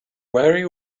very